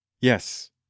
Yes